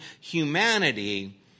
humanity